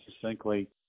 succinctly